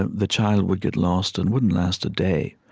ah the child would get lost and wouldn't last a day,